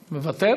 מוותר?